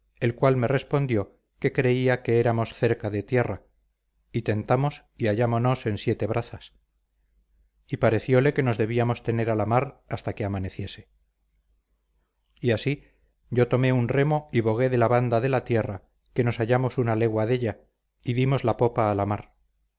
el cual me respondió que creía que éramos cerca de tierra y tentamos y hallámonos en siete brazas y parecióle que nos debíamos tener a la mar hasta que amaneciese y así yo tomé un remo y bogué de la banda de la tierra que nos hallamos una legua della y dimos la popa a la mar